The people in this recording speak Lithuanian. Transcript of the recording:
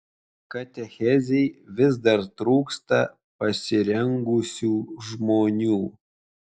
katechezei vis dar trūksta pasirengusių žmonių